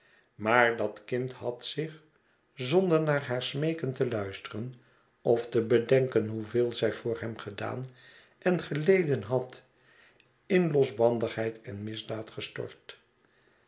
maar dat kind had zich zonder naar haar smeeken te luisteren of te bedenken hoeveel zij voor hem gedaan en geleden had in losbandigheid en misdaad gestort